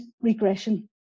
regression